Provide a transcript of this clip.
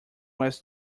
was